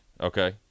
Okay